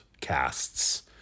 casts